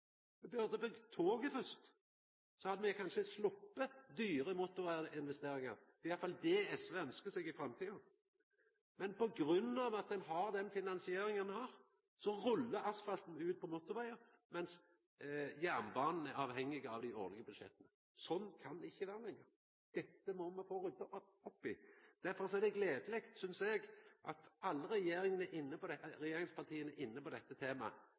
dyre motorveginvesteringar. Det er i alle fall det SV ønskjer seg i framtida. Men på grunn av at ein har den finansieringa ein har, rullar asfalten ut på motorvegar, mens jernbanen er avhengig av dei årlege budsjetta. Sånn kan det ikkje vera lenger. Dette må me få rydda opp i, og derfor er det gledeleg – synest eg – at alle regjeringspartia er inne på dette